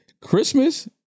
Christmas